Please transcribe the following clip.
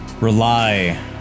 rely